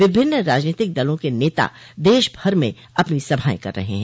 विभिन्न राजनीतिक दलों के नेता देश भर में अपनी सभाएं कर रहे हैं